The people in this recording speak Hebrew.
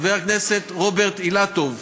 חבר הכנסת רוברט אילטוב,